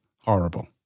Horrible